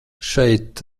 šeit